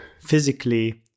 physically